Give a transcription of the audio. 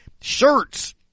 shirts